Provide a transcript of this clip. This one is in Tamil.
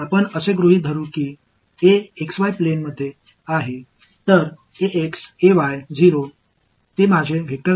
A என்பது xy சமதளத்தில் உள்ளது என்று வைத்துக் கொள்வோம்எனவே எனது வெக்டர் ஃபீல்டு